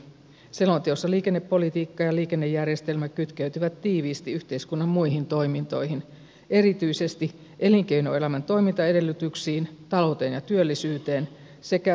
selonteossa liikennepolitiikka ja liikennejärjestelmä kytkeytyvät tiiviisti yhteiskunnan muihin toimintoihin erityisesti elinkeinoelämän toimintaedellytyksiin talouteen ja työllisyyteen sekä alueiden kehittämiseen